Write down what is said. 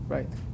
Right